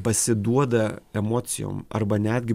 pasiduoda emocijom arba netgi